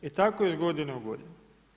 I tako iz godine u godinu.